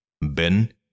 Ben